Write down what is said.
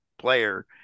player